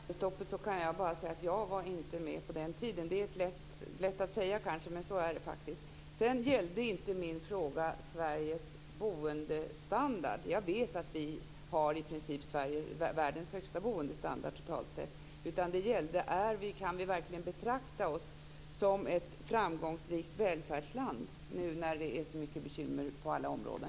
Fru talman! När det gäller det kommunala skattestoppet kan jag bara säga att jag inte var med på den tiden. Det är lätt att säga, kanske, men så är det faktiskt. Min fråga gällde inte Sveriges boendestandard. Jag vet att vi i princip har världens högsta boendestandard totalt sett. Frågan gällde: Kan vi verkligen betrakta oss som ett framgångsrikt välfärdsland, nu när det är så många bekymmer på alla områden?